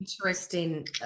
interesting